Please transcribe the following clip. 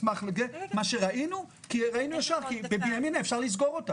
את בנימינה אתה יכול לסגור,